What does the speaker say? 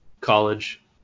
college